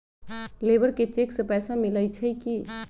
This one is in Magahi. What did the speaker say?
लेबर के चेक से पैसा मिलई छई कि?